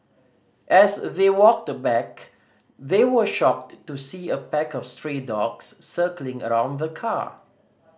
as they walked back they were shocked to see a pack of stray dogs circling around the car